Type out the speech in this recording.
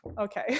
Okay